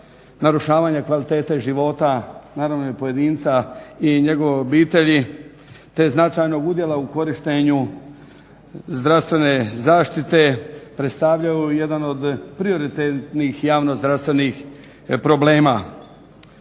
narušavanja kvalitete života naravno pojedinca i njegove obitelji te značajnog udjela u korištenju zdravstvene zaštite predstavljaju jedan od prioritetnih javno-zdravstvenih problema.